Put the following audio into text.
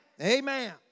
Amen